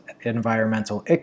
environmental